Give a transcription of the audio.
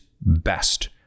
best